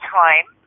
time